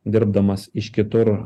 dirbdamas iš kitur